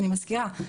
אני מזכירה,